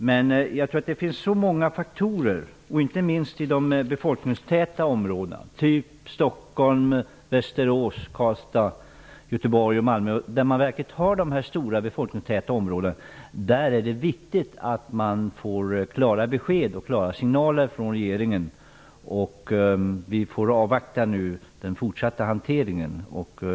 Men jag tror att det finns många faktorer inte minst i de befolkningstäta områdena, som Stockholm, Västerås, Karlstad, Göteborg och Malmö, där det är viktigt att man får klara besked och klara signaler från regeringen. Nu får vi avvakta den fortsatta hanteringen.